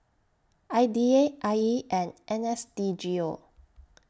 I D A I E and N S D G O